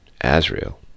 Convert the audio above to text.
Azrael